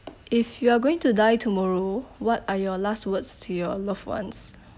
if you are going to die tomorrow what are your last words to your loved ones